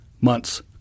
months